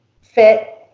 Fit